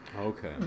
Okay